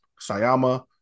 Sayama